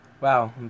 Wow